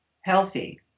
healthy